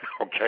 okay